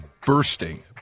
bursting